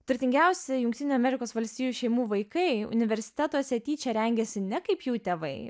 turtingiausi jungtinių amerikos valstijų šeimų vaikai universitetuose tyčia rengiasi ne kaip jų tėvai